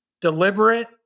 deliberate